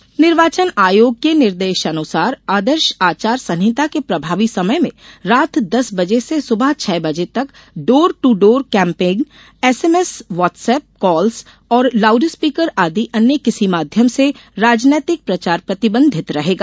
प्रतिबंध निर्वाचन आयोग के निर्देशानुसार आदर्श आचार संहिता के प्रभावी समय में रात दस बजे से सुबह छह बजे तक door to door campaign SMS WhatsApp calls और लाउडस्पीकर आदि अन्य किसी माध्यम से राजनैतिक प्रचार प्रतिबंधित रहेगा